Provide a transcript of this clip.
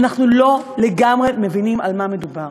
אנחנו לא לגמרי מבינים על מה מדובר,